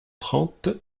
trente